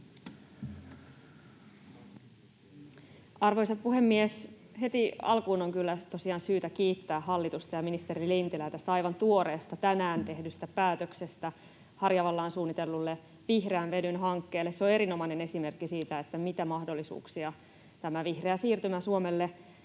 Arvoisa puhemies! Heti alkuun on kyllä tosiaan syytä kiittää hallitusta ja ministeri Lintilää tästä aivan tuoreesta, tänään tehdystä päätöksestä Harjavaltaan suunnitellulle vihreän vedyn hankkeelle. Se on erinomainen esimerkki siitä, mitä mahdollisuuksia vihreä siirtymä Suomelle